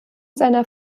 seiner